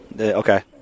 Okay